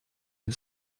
the